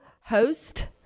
host